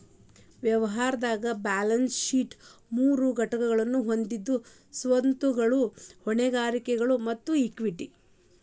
ವ್ಯವಹಾರದ್ balance sheet ಮೂರು ಘಟಕಗಳನ್ನ ಹೊಂದೆದ ಸ್ವತ್ತುಗಳು, ಹೊಣೆಗಾರಿಕೆಗಳು ಮತ್ತ ಇಕ್ವಿಟಿ